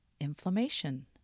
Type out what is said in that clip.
inflammation